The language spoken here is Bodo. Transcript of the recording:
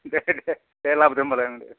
दे देह दे लाबोदो होम्बालाय ओं दे